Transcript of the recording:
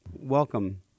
Welcome